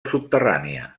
subterrània